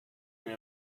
your